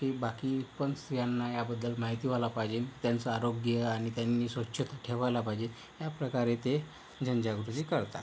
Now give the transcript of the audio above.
ते बाकी पण स्त्रियांना याबद्दल माहिती व्हायला पाहिजे त्यांचं आरोग्य आणि त्यांनी स्वच्छता ठेवायला पाहिजे या प्रकारे ते जनजागृती करतात